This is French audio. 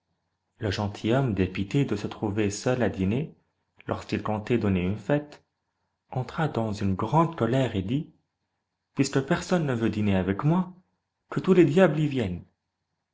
le gentilhomme dépité de se trouver seul à dîner lorsqu'il comptait donner une fête entra dans une grande colère et dit puisque personne ne veut diner avec moi que tous les diables y viennent